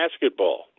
basketball